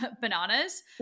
bananas